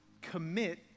commit